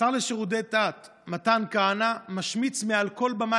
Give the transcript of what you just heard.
השר לשירותי דת מתן כהנא משמיץ מעל כל במה